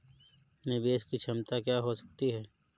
निवेश की क्षमता क्या हो सकती है?